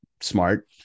smart